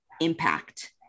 impact